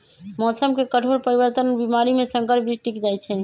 मौसम के कठोर परिवर्तन और बीमारी में संकर बीज टिक जाई छई